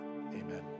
Amen